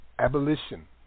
Abolition